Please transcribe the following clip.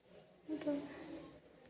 ᱫᱚ